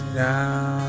now